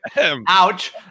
ouch